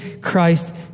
Christ